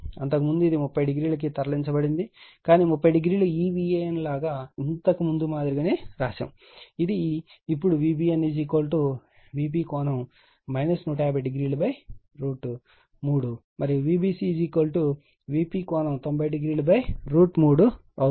అంతకుముందు ఇది 30o కి తరలించబడినది కానీ 30o ఈ Van లాగా ఇంతకుముందు మాదిరిగా రాశాము ఇది ఇప్పుడు Vbn VP 15003 మరియు Vbc VP9003అవుతుంది